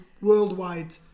worldwide